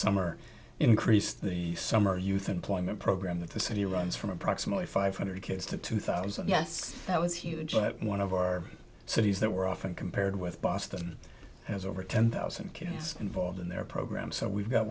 summer increased the summer youth employment program that the city runs from approximately five hundred kids to two thousand yes that was huge but one of our cities that we're often compared with boston has over ten thousand kids involved in their program so we've got